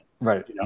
Right